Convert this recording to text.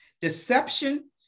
Deception